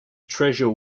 treasure